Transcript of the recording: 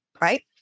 right